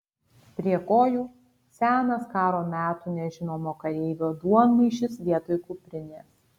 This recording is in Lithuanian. prie kojų senas karo metų nežinomo kareivio duonmaišis vietoj kuprinės